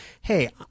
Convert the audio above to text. Hey